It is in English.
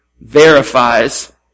verifies